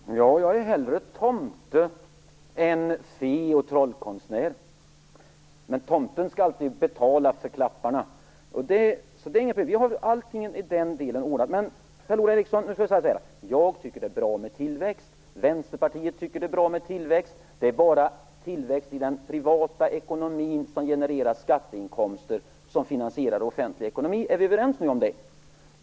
Herr talman! Jag är hellre tomte än fe eller trollkonstnär. Tomten skall alltid betala för klapparna, och det är inget problem. Vi har allting i den delen ordnad. Per-Ola Eriksson! Jag tycker att det är bra med tillväxt. Vänsterpartiet tycker att det är bra med tillväxt. Det är bara tillväxt i den privata ekonomin som genererar skatteinkomster, som finansierar den offentliga ekonomin. Är vi nu överens om det?